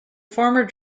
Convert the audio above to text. former